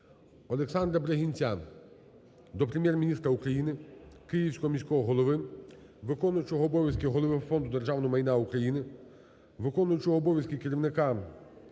Олександра Бригинця до Прем'єр-міністра України, Київського міського голови, виконуючого обов'язки голови Фонду державного майна України, виконуючого обов'язки керівника апарату